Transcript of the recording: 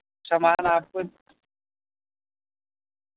سامان آپ کو